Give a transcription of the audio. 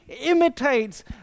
imitates